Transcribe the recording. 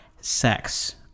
sex